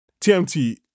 TMT